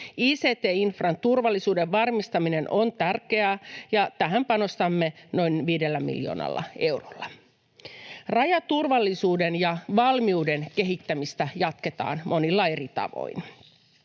Ict-infran turvallisuuden varmistaminen on tärkeää, ja tähän panostamme noin 5 miljoonalla eurolla. Rajaturvallisuuden ja valmiuden kehittämistä jatketaan monilla eri tavoin.